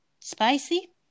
spicy